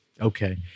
Okay